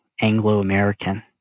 Anglo-American